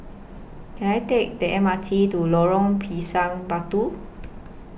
Can I Take The M R T to Lorong Pisang Batu